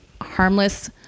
harmless